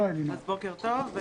בוקר טוב.